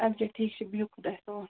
اَدٕ کیٛاہ ٹھیٖک چھُ بِہِو خدایَس حَوال